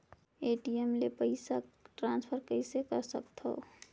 ATM ले पईसा transfer कइसे कर सकथव?